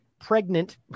pregnant